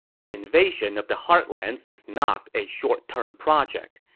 the invasion of the heartlands is not a short-term project.